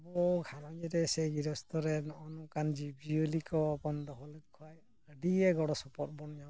ᱟᱵᱚ ᱜᱷᱟᱸᱨᱚᱡᱽ ᱨᱮ ᱥᱮ ᱜᱤᱨᱚᱥᱛᱚ ᱨᱮ ᱱᱚᱜᱼᱚ ᱱᱚᱝᱠᱟᱱ ᱡᱤᱵᱽᱼᱡᱤᱭᱟᱹᱞᱤ ᱠᱚ ᱵᱚᱱ ᱫᱚᱦᱚ ᱞᱮᱠᱚ ᱠᱷᱟᱱ ᱟᱹᱰᱤᱭᱮ ᱜᱚᱲᱚ ᱥᱚᱯᱚᱦᱚᱫ ᱵᱚᱱ ᱧᱟᱢᱟ